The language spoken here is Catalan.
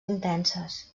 intenses